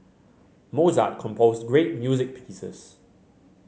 Mozart composed great music pieces